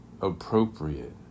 appropriate